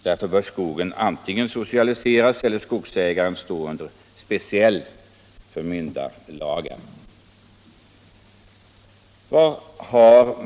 Därför borde skogen antingen socialiseras eller skogsägarna ställas under speciella förmyndarlagar.